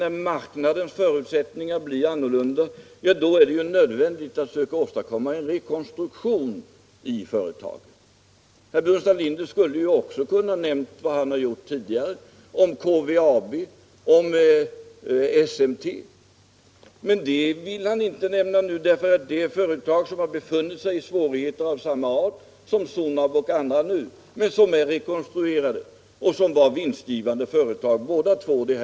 när marknadens förutsättningar blir annorlunda, är det nödvändigt att försöka 185 åstadkomma en rekonstruktion av företaget. Herr Burenstam Linder kunde också, som han har gjort tidigare, ha nämnt KVAB och SMT. Men dem vill han inte nämna nu därför att de är företag som har befunnit sig i svårigheter av samma art som Sonab och andra befinner sig i nu men som är rekonstruerade och båda var vinstgivande under fjolåret.